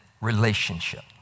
relationship